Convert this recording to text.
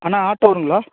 அண்ணா auto வருங்களா